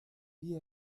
wie